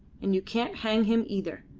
and you can't hang him, either.